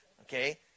okay